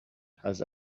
has